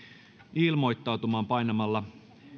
ilmoittautumaan painamalla